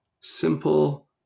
simple